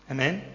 Amen